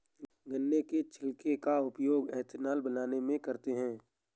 गन्ना के छिलके का उपयोग एथेनॉल बनाने में करते हैं